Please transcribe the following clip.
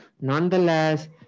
Nonetheless